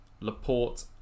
Laporte